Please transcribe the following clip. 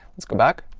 let's go back.